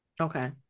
Okay